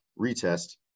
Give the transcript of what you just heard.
retest